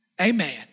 Amen